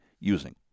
using